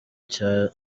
cya